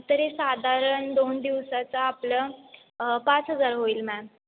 तरी साधारण दोन दिवसाचं आपलं पाच हजार होईल मॅम